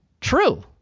true